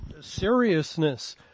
seriousness